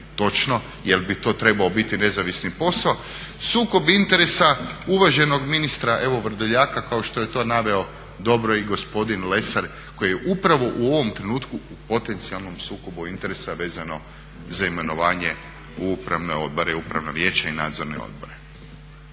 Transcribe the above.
točno jel' bi to trebao biti nezavisni posao, sukob interesa uvaženog ministra evo Vrdoljaka kao što je to naveo dobro i gospodin Lesar koji je upravo u ovom trenutku u potencijalnom sukobu interesa vezano za imenovanje u upravne odbore i upravna vijeća i nadzorne odbore.